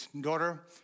daughter